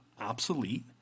obsolete